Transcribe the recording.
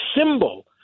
symbol